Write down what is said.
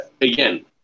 again